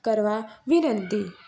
કરવા વિનંતી